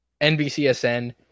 NBCSN